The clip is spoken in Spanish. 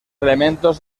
elementos